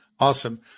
Awesome